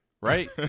right